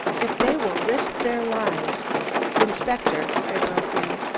if they will risk their lives inspector, i broke in,